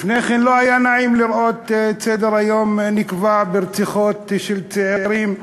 לפני כן לא היה נעים לראות את סדר-היום נקבע ברציחות של צעירים.